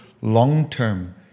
long-term